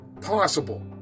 possible